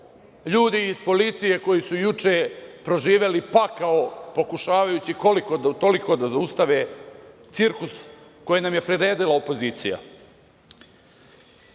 ljudi iz policije koji su juče proživeo pakao pokušavajući, koliko, toliko da zaustave cirkus koji nam je priredila opozicija. Ako